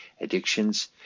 addictions